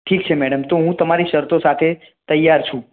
ઠીક છે મેડમ તો હું તમારી શરતો સાથે તૈયાર છું